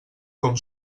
com